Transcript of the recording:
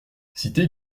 cité